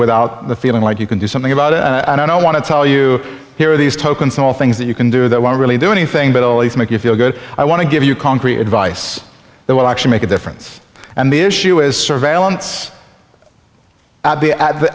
without feeling like you can do something about it i don't know want to tell you here are these token small things that you can do that will really do anything but at least make you feel good i want to give you concrete advice that will actually make a difference and the issue is surveillance at the at the